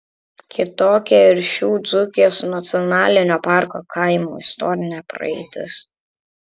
kitokia ir šių dzūkijos nacionalinio parko kaimų istorinė praeitis